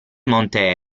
monte